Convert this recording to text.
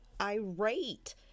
irate